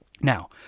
Now